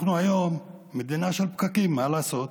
אנחנו היום מדינה של פקקים, מה לעשות?